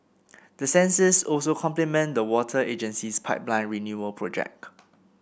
the sensors also complement the water agency's pipeline renewal project